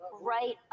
right